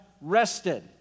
rested